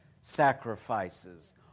sacrifices